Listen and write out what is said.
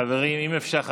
חברים, אם אפשר, בבקשה.